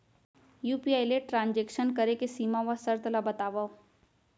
UPI ले transaction करे के सीमा व शर्त ला बतावव?